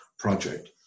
project